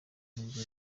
rwanda